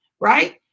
Right